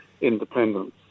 independence